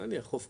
נניח חוף כרמל,